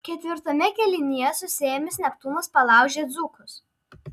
ketvirtame kėlinyje susiėmęs neptūnas palaužė dzūkus